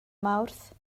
mawrth